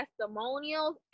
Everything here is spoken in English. testimonials